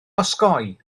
osgoi